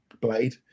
Blade